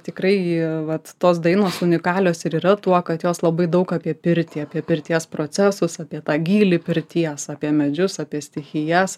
tikrai vat tos dainos unikalios ir yra tuo kad jos labai daug apie pirtį apie pirties procesus apie tą gylį pirties apie medžius apie stichijas